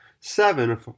Seven